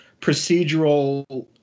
procedural